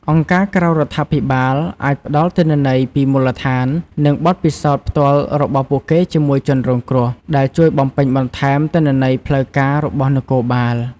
អង្គការក្រៅរដ្ឋាភិបាលអាចផ្ដល់ទិន្នន័យពីមូលដ្ឋាន និងបទពិសោធន៍ផ្ទាល់របស់ពួកគេជាមួយជនរងគ្រោះ ដែលជួយបំពេញបន្ថែមទិន្នន័យផ្លូវការរបស់នគរបាល។